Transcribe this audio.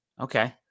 Okay